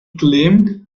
claimed